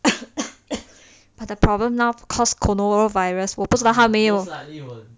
but the problem now cause coronavirus 我不知道他没有